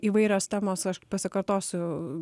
įvairios temos aš pasikartosiu